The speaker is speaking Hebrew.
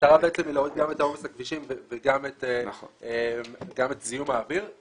המטרה היא להוריד גם את העומס בכבישים וגם את זיהום האוויר.